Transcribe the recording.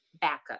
backup